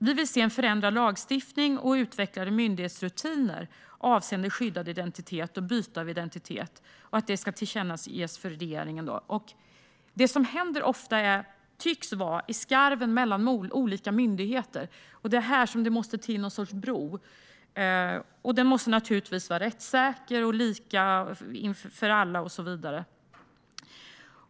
Vi vill se en förändrad lagstiftning och utvecklade myndighetsrutiner avseende skyddad identitet och byte av identitet. Detta ska tillkännages för regeringen. Det som ofta händer tycks ske i skarven mellan olika myndigheter, och det är här det måste till ett slags bro. Det måste naturligtvis vara rättssäkert, lika för alla och så vidare.